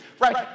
right